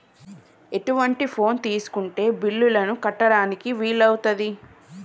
ఎటువంటి ఫోన్ తీసుకుంటే బిల్లులను కట్టడానికి వీలవుతది?